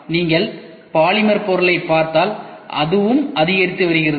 நீங்கள் பாலிமர் பொருளைப் பார்த்தால் அதுவும் அதிகரித்து வருகிறது